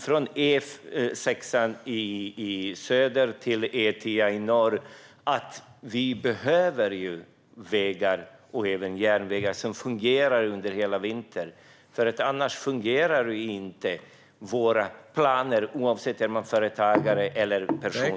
Från E6 i söder till E10 i norr behöver vi vägar, och även järnvägar, som fungerar under hela vintern, för annars fungerar inte våra planer, oavsett om man är företagare eller privatperson.